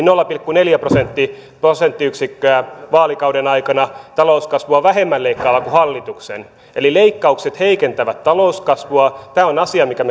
nolla pilkku neljä prosenttiyksikköä vaalikauden aikana talouskasvua vähemmän leikkaava kuin hallituksen vaihtoehto eli leikkaukset heikentävät talouskasvua tämä on asia minkä